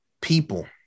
people